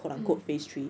mm